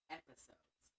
episodes